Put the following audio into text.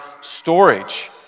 storage